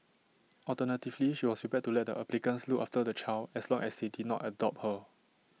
alternatively she was prepared to let applicants look after the child as long as they did not adopt her